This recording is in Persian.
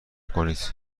کنید